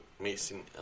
missing